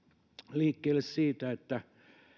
liikkeelle siitä että